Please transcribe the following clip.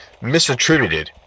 misattributed